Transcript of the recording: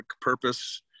purpose